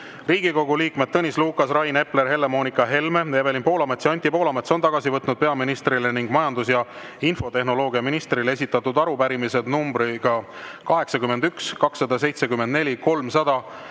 Riigikogu liikmed Tõnis Lukas, Rain Epler, Helle-Moonika Helme, Evelin Poolamets ja Anti Poolamets on tagasi võtnud peaministrile ning majandus- ja infotehnoloogiaministrile esitatud arupärimised numbriga 81, 274, 300